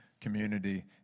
community